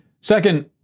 Second